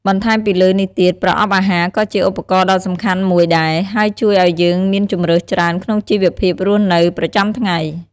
បន្ថែមពីលើនេះទៀត ប្រអប់អាហារក៏ជាឧបករណ៍ដ៏សំខាន់មួយដែរ ហើយជួយឲ្យយើងមានជម្រើសច្រើនក្នុងជីវភាពរស់នៅប្រចាំថ្ងៃ។